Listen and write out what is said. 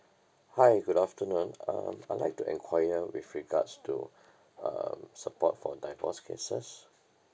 hi good afternoon um I'd like to enquire with regards to um support for divorce cases